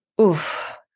oof